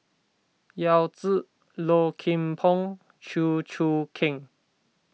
Yao Zi Low Kim Pong Chew Choo Keng